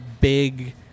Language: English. big